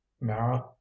mara